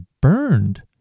burned